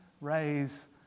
raise